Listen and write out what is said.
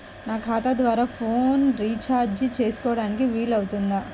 నా ఖాతా ద్వారా నేను ఫోన్ రీఛార్జ్ చేసుకోవడానికి వీలు అవుతుందా?